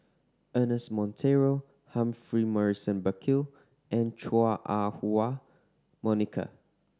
Ernest Monteiro Humphrey Morrison Burkill and Chua Ah Huwa Monica